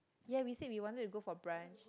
ya we said we wanted to go for brunch